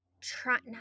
trying